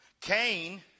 Cain